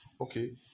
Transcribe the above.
Okay